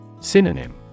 Synonym